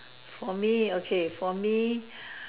for me okay for me